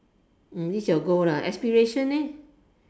this your goal lah aspiration leh